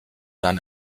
dann